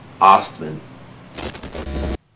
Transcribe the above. Ostman